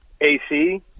AC